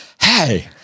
hey